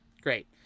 Great